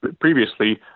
previously